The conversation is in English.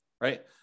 right